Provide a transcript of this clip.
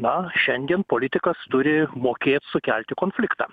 na šiandien politikas turi mokėt sukelti konfliktą